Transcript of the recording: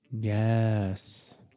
Yes